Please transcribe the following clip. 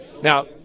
Now